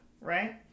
right